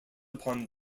upon